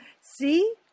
see